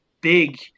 big